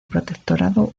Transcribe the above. protectorado